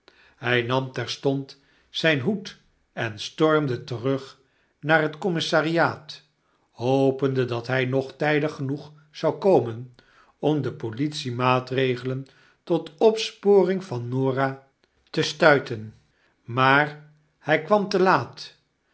hy nam terstond zijn hoed en stormde terug naar het commissariaat hopende dat hy nog tydig genoeg zou komen om de politie-maatregelen tot opsporing van norahtestuiten maar hy kwam te laat